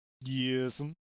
yes